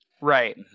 Right